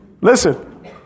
Listen